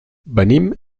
venim